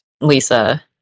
Lisa